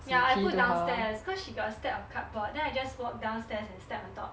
ya I put downstairs cause she got a stack of cardboard then I just walked downstairs and stacked on top